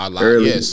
early